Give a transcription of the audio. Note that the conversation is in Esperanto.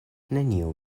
neniu